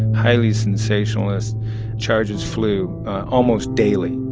highly sensationalist charges flew almost daily.